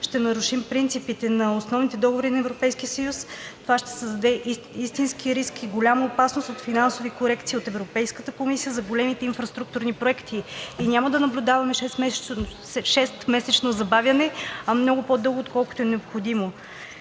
ще нарушим принципите на основните договори на Европейския съюз. Това ще създаде истински риск и голяма опасност от финансови корекции от Европейската комисия за големите инфраструктурни проекти, няма да наблюдаваме шестмесечно забавяне, а много по-дълго, отколкото е необходимо,